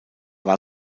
war